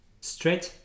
Stretch